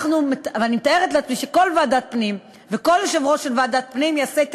אני מתארת לעצמי שכל ועדת פנים וכל יושב-ראש של ועדת פנים יעשה את